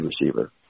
receiver